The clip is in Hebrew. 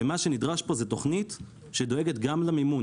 ומה שנדרש פה זו תוכנית שדואגת גם למימון.